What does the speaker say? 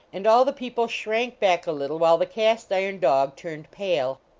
and all the people shrank back a little, while the cast-iron dog turned pale.